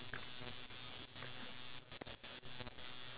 the priority seats ya